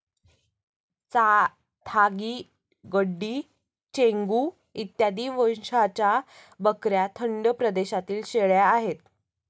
चांथागी, गड्डी, चेंगू इत्यादी वंशाच्या बकऱ्या थंड प्रदेशातील शेळ्या आहेत